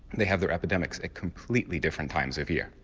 they have their epidemics at completely different times of year.